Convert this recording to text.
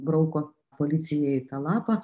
brauko policijai tą lapą